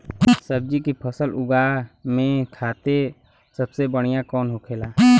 सब्जी की फसल उगा में खाते सबसे बढ़ियां कौन होखेला?